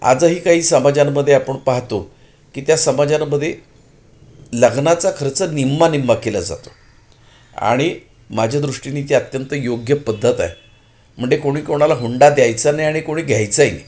आजही काही समाजांमध्ये आपण पाहतो की त्या समाजांमध्ये लग्नाचा खर्च निम्मा निम्मा केला जातो आणि माझ्यादृष्टीने ती अत्यंत योग्य पद्धत आहे म्हणजे कोणी कोणाला हुंडा द्यायचा नाहीआणि कोणी घ्यायचाही नाही